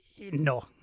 No